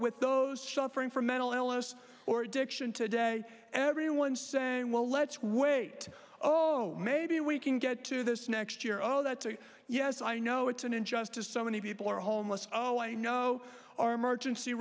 with those suffering from mental illness or addiction today everyone saying well let's wait oh maybe we can get to this next year oh that's a yes i know it's an injustice so many people are homeless oh i know our emergency